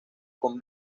con